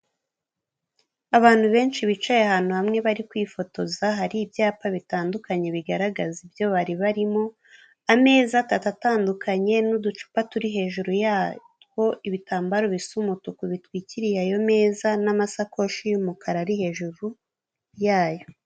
Abantu benshi bicaye ahantu hamwe bari kwifotoza, hari ibyapa bitandukanye bigaragaza ibyo bari barimo, ameza atatu atandukanye n'uducupa turi hejuru yatwo, ibitambaro bisa umutuku bitwikiriye ayo meza n'amasakoshi y'umukara ari hejuru yayo.